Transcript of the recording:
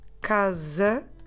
casa